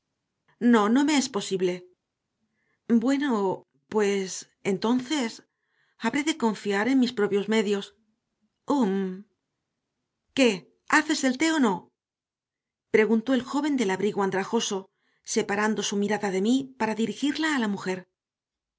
no no me es posible bueno pues entonces habré de confiar en mis propios medios hum qué haces el té o no preguntó el joven del abrigo andrajoso separando su mirada de mí para dirigirla a la mujer